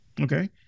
Okay